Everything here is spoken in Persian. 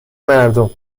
مردم